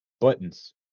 Buttons